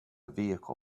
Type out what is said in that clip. vehicle